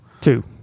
two